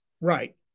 Right